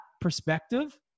perspective